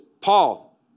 Paul